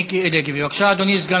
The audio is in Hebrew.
מיקי לוי, אדוני סגן